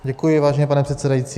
Děkuji, vážený pane předsedající.